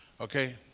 Okay